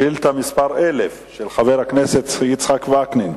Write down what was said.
שאילתא מס' 1000, של חבר הכנסת יצחק וקנין: